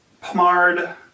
Pomard